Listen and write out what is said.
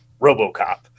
RoboCop